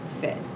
fit